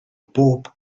bob